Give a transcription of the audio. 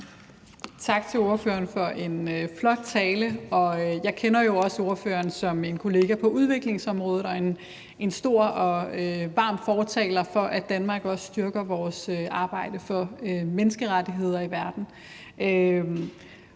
Tak til ordføreren for en flot tale. Jeg kender jo også ordføreren som kollega på udviklingsområdet og som en stor og varm fortaler for, at Danmark også styrker sit arbejde for menneskerettigheder i verden.